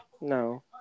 No